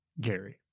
Gary